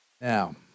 Now